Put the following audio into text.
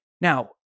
Now